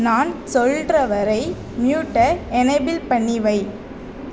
நான் சொல்கிற வரை மியூட்டை எனேபிள் பண்ணி வை